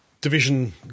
Division